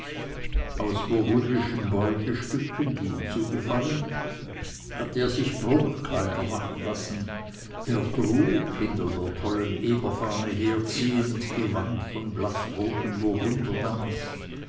aus burgundischen beutestücken die ihm zugefallen hatte er sich prunkkleider machen lassen er trug hinter der tollen eberfahne herziehend gewand von blaßrotem